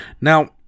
Now